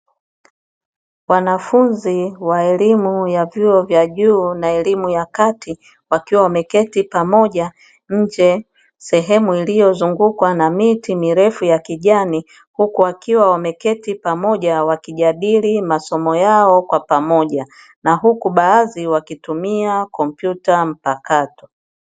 Wanafunzi wa elimu ya vyuo vya juu na elimu ya kati wakiwa wameketi pamoja nje sehemu iliyozungukwa na miti mirefu ya kijani, huku wakiwa wameketi pamoja wakijadili masomo yao kwa pamoja, na huku baadhi wakitumia kompyuta mpakato.